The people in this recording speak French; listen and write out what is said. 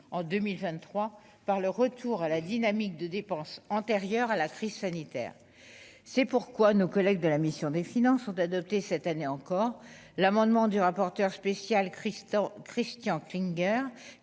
en 2023 par le retour à la dynamique de dépenses antérieures à la crise sanitaire, c'est pourquoi nos collègues de la mission des finances ont adopté cette année encore l'amendement du rapporteur spécial Christophe